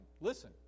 Listen